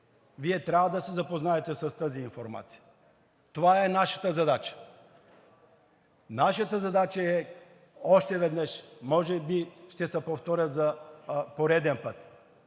Вие трябва да се запознаете с тази информация. Това е нашата задача. Нашата задача е, още веднъж – може би ще се повторя за пореден път: